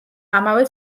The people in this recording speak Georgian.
ამავე